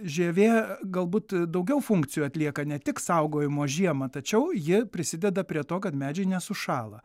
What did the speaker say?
žievė galbūt daugiau funkcijų atlieka ne tik saugojimo žiemą tačiau ji prisideda prie to kad medžiai nesušąla